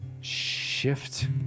shift